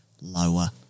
lower